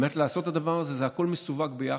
לעשות את הדבר הזה, זה הכול מסווג ביחד.